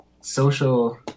social